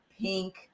pink